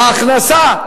ההכנסה,